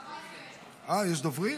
אה, יש דוברים?